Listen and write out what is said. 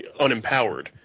unempowered